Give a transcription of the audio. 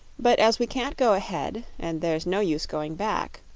but as we can't go ahead and there's no use going back,